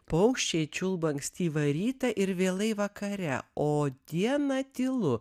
paukščiai čiulba ankstyvą rytą ir vėlai vakare o dieną tylu